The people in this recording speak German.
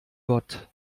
gott